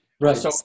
Right